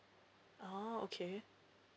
oh okay